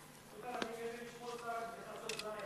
אני נהנה לשמוע אותך רק בחצות ליל,